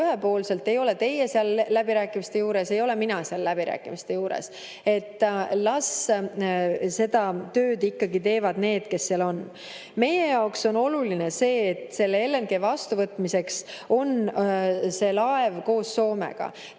ühepoolselt – ei ole teie seal läbirääkimiste juures, ei ole mina seal läbirääkimiste juures. Las seda tööd teevad ikkagi need, kes seal on. Meie jaoks on oluline, et see laev LNG vastuvõtmiseks on koos Soomega.